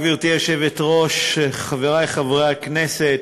גברתי היושבת-ראש, תודה, חברי חברי הכנסת,